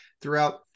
throughout